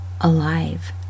alive